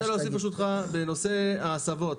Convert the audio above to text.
אני רוצה להוסיף ברשותך, בנושא ההסבות.